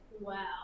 Wow